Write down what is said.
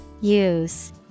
Use